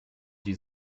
die